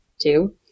two